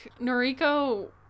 Noriko